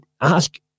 ask